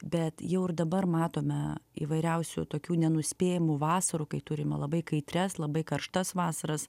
bet jau ir dabar matome įvairiausių tokių nenuspėjamų vasarų kai turime labai kaitrias labai karštas vasaras